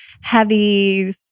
heavy